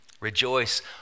Rejoice